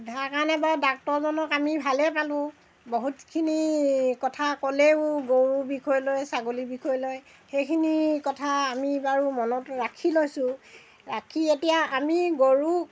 তাৰ কাৰণে বাৰু ডাক্টৰজনক আমি ভালেই পালোঁ বহুতখিনি কথা ক'লেও গৰুৰ বিষয় লৈ ছাগলীৰ বিষয় লৈ সেইখিনি কথা আমি বাৰু মনত ৰাখি লৈছোঁ ৰাখি এতিয়া আমি গৰুক